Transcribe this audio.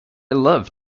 love